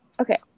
Okay